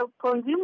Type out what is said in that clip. Consumers